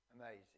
Amazing